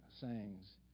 sayings